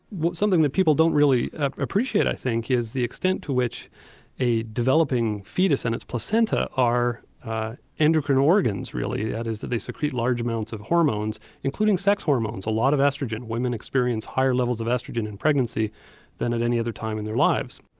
what something that people don't really appreciate i think is the extent to which a developing foetus and its placenta are endocrine organs really, that is that they secrete large amounts of hormones including sex hormones. a lot of oestrogens women experience higher levels of oestrogen in pregnancy than at any other time in their lives.